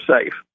safe